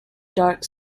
dark